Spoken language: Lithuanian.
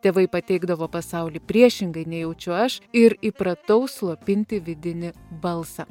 tėvai pateikdavo pasaulį priešingai nei jaučiu aš ir įpratau slopinti vidinį balsą